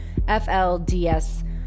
FLDS